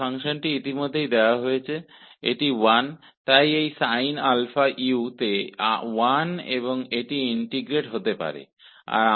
तो फ़ंक्शन पहले से ही दिया गया है कि 0 से मेंइसका मान 1 है इसलिए इस sin αu में इसका मान 1 है और इसे अब cosαu के लिए इंटीग्रेशन किया जा सकता है